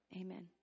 Amen